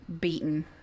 beaten